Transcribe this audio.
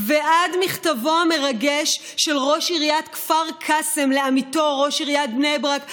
ועד מכתבו המרגש של ראש עיריית כפר קאסם לעמיתו ראש עיריית בני ברק,